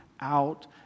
out